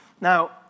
Now